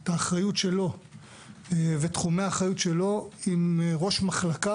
את האחריות שלו ותחומי האחריות שלו עם ראש מחלקה